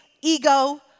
ego